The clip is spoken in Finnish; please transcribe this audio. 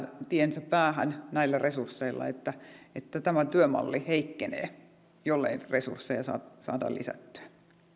tiensä päähän näillä resursseilla että että tämä työmalli heikkenee jollei resursseja saada saada lisättyä